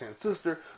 sister